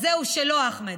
אז זהו, שלא, אחמד.